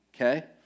Okay